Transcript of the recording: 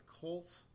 Colts